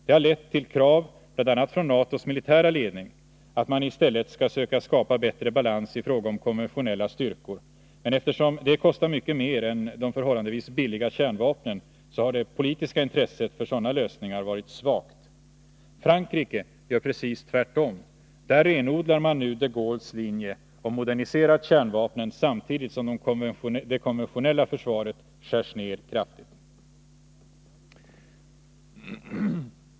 Det harlett till krav bl.a. från NATO:s militära ledning att man i stället skall söka skapa bättre balans i fråga om konventionella styrkor. Eftersom det kostar mycket mer än de förhållandevis billiga kärnvapnen, har det politiska intresset för sådana lösningar varit svagt. Frankrike gör precis tvärtom. Där renodlar man nu de Gaulles linje och moderniserar kärnvapnen samtidigt som det konventionella försvaret skärs ned kraftigt.